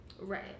Right